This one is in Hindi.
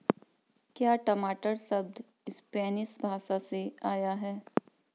क्या टमाटर शब्द स्पैनिश भाषा से आया है?